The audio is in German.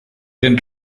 den